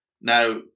Now